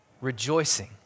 Rejoicing